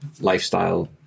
lifestyle